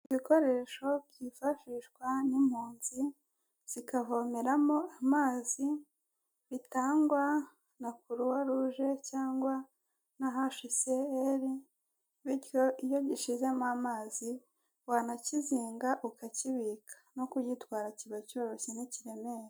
Ibikoresho byifashishwa n'impunzi, zikavomeramo amazi, bitangwa na Croix rouge, cyangwa na HCR, bityo iyo gishizemo amazi, wanakizinga ukakibika, no kugitwara kiba cyoroshye ntikiremera.